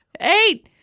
Eight